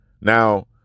Now